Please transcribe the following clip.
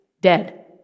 dead